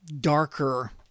darker